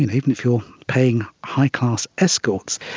and even if you are paying high-class escorts,